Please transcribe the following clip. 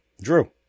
Drew